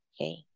okay